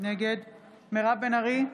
נגד מירב בן ארי,